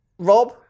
Rob